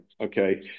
okay